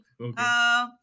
Okay